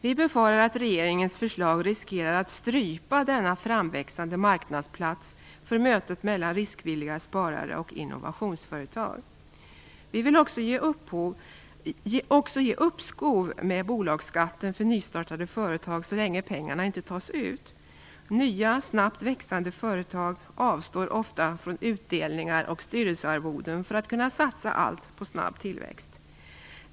Vi befarar att regeringens förslag riskerar att strypa denna framväxande marknadsplats för mötet mellan riskvilliga sparare och innovationsföretag. Vi vill också ge uppskov med bolagsskatten för nystartade företag så länge pengarna inte tas ut. Nya snabbt växande företag avstår ofta från utdelningar och styrelsearvoden för att kunna satsa allt på snabb tillväxt.